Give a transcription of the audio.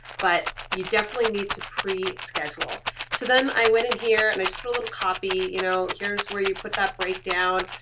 but you definitely need to pre-schedule. so then i went in here and i just put a little copy, you know here's where you put that breakdown,